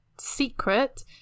secret